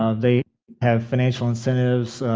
ah they have financial incentives